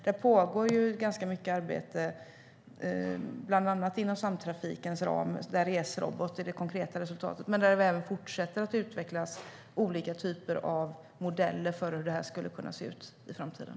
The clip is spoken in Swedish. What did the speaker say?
Det pågår ganska mycket arbete, bland annat inom Samtrafikens ram där Resrobot är det konkreta resultatet, och där det fortsätter att utvecklas olika typer av modeller för hur det här skulle kunna se ut i framtiden.